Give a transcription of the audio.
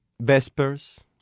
Vespers